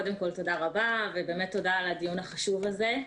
קודם כל תודה רבה ובאמת תודה על הדיון החשוב הזה.